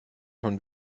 von